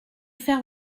faire